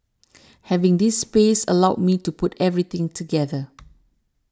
having this space allowed me to put everything together